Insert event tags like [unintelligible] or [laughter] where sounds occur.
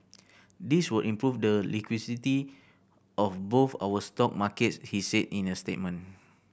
this will improve the [unintelligible] of both our stock markets he said in a statement